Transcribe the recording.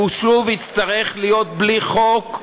הוא שוב יצטרך להיות בלי חוק,